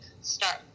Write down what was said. start